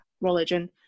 religion